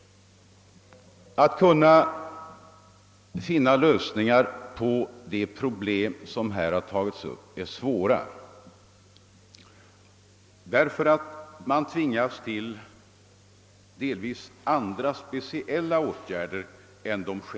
Att finna lösningar på dessa problem är svårt, eftersom man utöver de generella också tvingas tillgripa mera speciella åtgärder.